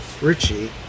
Richie